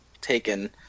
taken